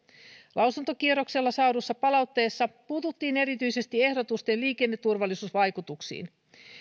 lausuntokierroksella saadussa palautteessa puututtiin erityisesti ehdotusten liikenneturvallisuusvaikutuksiin